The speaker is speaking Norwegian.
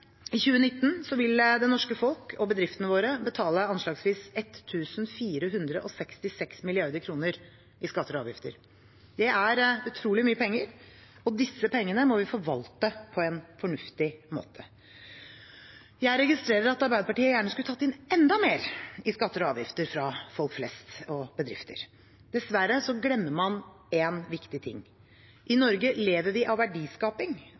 I 2019 vil det norske folk og bedriftene våre betale anslagsvis 1 466 mrd. kr i skatter og avgifter. Dette er utrolig mye penger, og disse pengene må vi forvalte på en fornuftig måte. Jeg registrerer at Arbeiderpartiet gjerne skulle tatt inn enda mer i skatter og avgifter fra folk flest og fra bedrifter. Dessverre glemmer man en viktig ting: I Norge lever vi av verdiskaping,